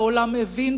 והעולם הבין,